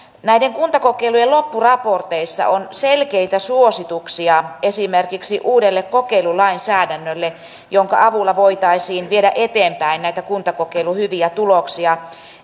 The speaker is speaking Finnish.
näiden kuntakokeilujen loppuraporteissa on selkeitä suosituksia esimerkiksi uudelle kokeilulainsäädännölle jonka avulla voitaisiin viedä eteenpäin näitä kuntakokeilun hyviä tuloksia